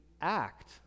act